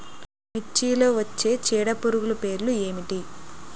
మిర్చిలో వచ్చే చీడపురుగులు పేర్లు ఏమిటి?